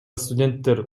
студенттер